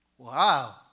Wow